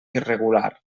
irregular